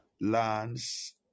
lands